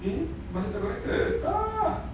eh eh masih brighter ah